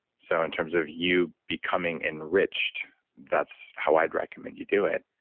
so in terms of you becoming enriched that's how i'd recommend you do it.